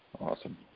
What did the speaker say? awesome